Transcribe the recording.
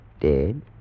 dead